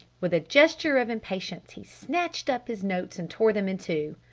with a gesture of impatience he snatched up his notes and tore them in two.